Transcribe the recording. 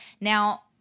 Now